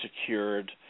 secured